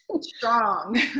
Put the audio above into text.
strong